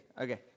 Okay